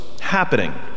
happening